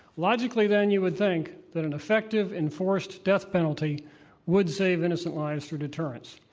logically, then, you would think that an effective enforced death penalty would save innocent lives for deterrence.